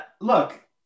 look